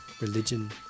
Religion